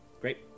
great